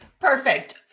Perfect